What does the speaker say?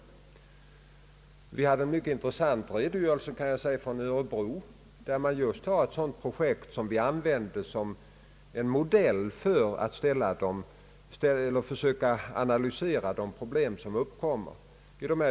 Vi fick en mycket intressant redogörelse från Örebro där man har ett projekt som vi använde som modell för att försöka analysera de problem som uppkommer i sådana här sammanhang.